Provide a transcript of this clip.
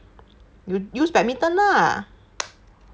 you use badminton lah